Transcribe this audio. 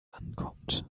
ankommt